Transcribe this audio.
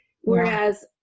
Whereas